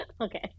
Okay